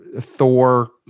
Thor-